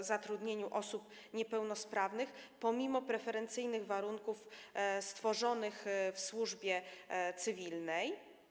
zatrudnienia osób niepełnosprawnych pomimo preferencyjnych warunków stworzonych w służbie cywilnej.